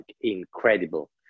incredible